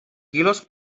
quilos